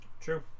True